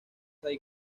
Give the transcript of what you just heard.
hay